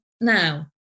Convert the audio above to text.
Now